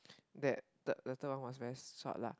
that the the third one was very short lah